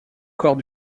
corps